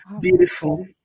beautiful